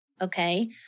okay